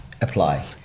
apply